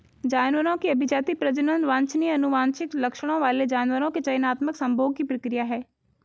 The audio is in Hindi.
जानवरों की अभिजाती, प्रजनन वांछनीय आनुवंशिक लक्षणों वाले जानवरों के चयनात्मक संभोग की प्रक्रिया है